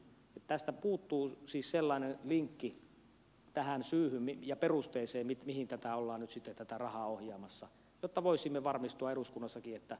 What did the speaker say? tästä puuttuu siis sellainen linkki tähän syyhyn ja perusteeseen mihin ollaan nyt sitten tätä rahaa ohjaamassa jotta voisimme varmistua eduskunnassakin että se oikeaan paikkaan menee